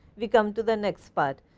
we come to the next but